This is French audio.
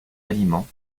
aliments